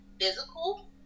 physical